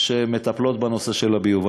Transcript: שמטפלות בנושא הביוב.